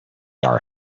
are